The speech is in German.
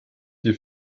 die